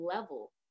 level